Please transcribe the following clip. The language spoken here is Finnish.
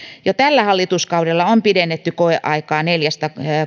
tällä hallituskaudella on jo pidennetty koeaikaa neljästä